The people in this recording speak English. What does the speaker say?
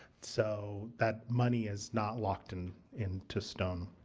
so, that money is not locked and into stone.